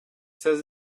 says